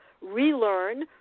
relearn